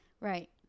Right